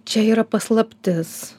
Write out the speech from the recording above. čia yra paslaptis